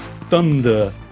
thunder